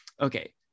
Okay